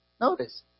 Notice